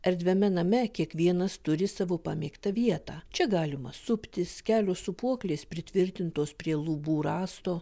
erdviame name kiekvienas turi savo pamėgtą vietą čia galima suptis kelios sūpuoklės pritvirtintos prie lubų rąsto